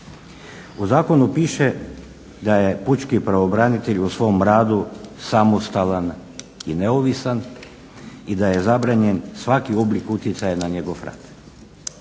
U zakonu piše da je pučki pravobranitelj u svom radu samostalan i neovisan i da je zabranjen svaki oblik utjecaja na njegov rad.